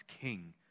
king